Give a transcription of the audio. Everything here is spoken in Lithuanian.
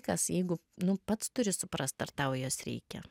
kas jeigu nu pats turi suprast ar tau jos reikia